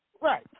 Right